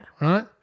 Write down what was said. Right